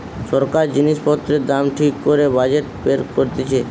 সরকার জিনিস পত্রের দাম ঠিক করে বাজেট বের করতিছে